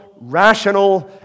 rational